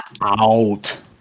out